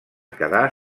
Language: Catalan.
quedar